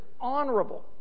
honorable